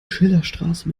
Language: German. schillerstraße